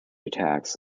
attacks